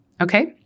okay